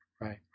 right